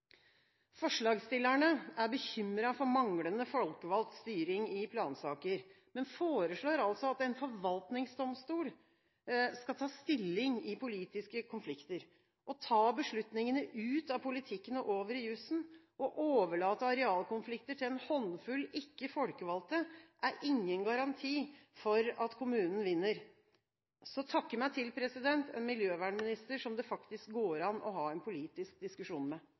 Forslagsstillerne er bekymret for manglende folkevalgt styring i plansaker, men foreslår altså at en forvaltningsdomstol skal ta stilling i politiske konflikter. Å ta beslutningene ut av politikken og over i jussen, å overlate arealkonflikter til en håndfull ikke-folkevalgte, er ingen garanti for at kommunen vinner. Takke meg til en miljøvernminister som det går an å ha en politisk diskusjon med.